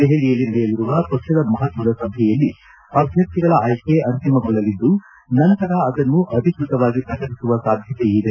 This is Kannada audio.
ದೆಹಲಿಯಲ್ಲಿ ನಡೆಯಲಿರುವ ಪಕ್ಷದ ಮಪಕ್ಷದ ಸಭೆಯಲ್ಲಿ ಅಭ್ಯರ್ಥಿಗಳ ಆಯ್ಕೆ ಅಂತಿಮಗೊಳ್ಳಲಿದ್ದು ನಂತರ ಅದನ್ನು ಅಧಿಕೃತವಾಗಿ ಪ್ರಕಟಿಸುವ ಸಾಧ್ಯತೆ ಇದೆ